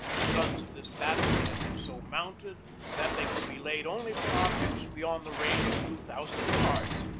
the guns of this battery had been so mounted that they could be laid only for objects beyond the range of two thousand yards.